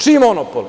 Čiji monopol?